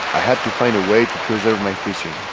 had to find a way to preserve my fishing.